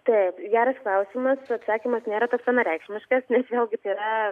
taip geras klausimas atsakymas nėra toks vienareikšmiškas nes vėlgi tai yra